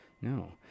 No